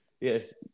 Yes